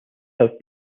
have